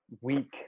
week